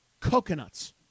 Coconuts